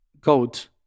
goat